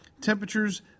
Temperatures